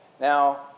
Now